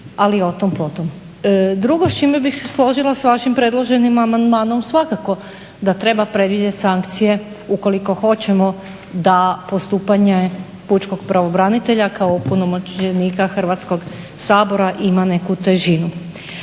Drugo s čime bih se složila s vašim predloženim amandmanom, svakako da treba predvidjet sankcije ukoliko hoćemo da postupanje pučkog pravobranitelja kao opunomoćenika Hrvatskog sabora ima neku težinu.